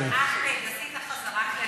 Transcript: אחמד, עשית חזרה כללית.